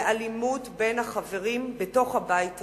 לאלימות בין החברים בתוך הבית הזה,